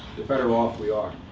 the better off we are.